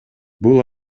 бул